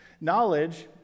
knowledge